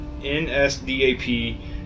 NSDAP